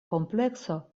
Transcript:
komplekso